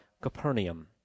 Capernaum